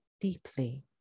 deeply